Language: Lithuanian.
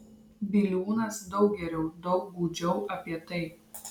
biliūnas daug geriau daug gūdžiau apie tai